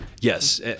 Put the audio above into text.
Yes